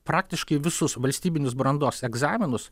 praktiškai visus valstybinius brandos egzaminus